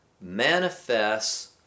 manifests